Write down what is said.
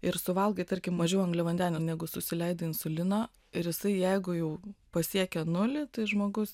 ir suvalgai tarkim mažiau angliavandenių negu susileidi insulino ir jisai jeigu jau pasiekė nulį tai žmogus